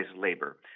labor